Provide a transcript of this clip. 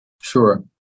Sure